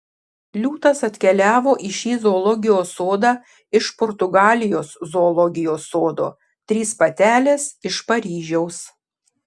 liūtas atkeliavo į šį zoologijos sodą iš portugalijos zoologijos sodo trys patelės iš paryžiaus